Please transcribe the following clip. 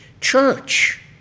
church